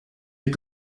est